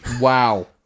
wow